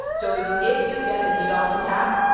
so if if you get a ddos attack,